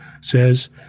says